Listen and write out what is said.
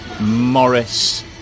Morris